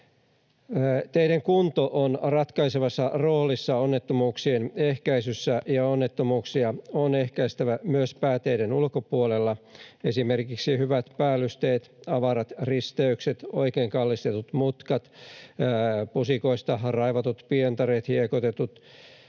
Teiden kunto on ratkaisevassa roolissa onnettomuuksien ehkäisyssä, ja onnettomuuksia on ehkäistävä myös pääteiden ulkopuolella. Esimerkiksi hyvät päällysteet, avarat risteykset, oikein kallistetut mutkat, pusikoista raivatut pientareet, hiekoitetut